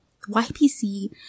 YPC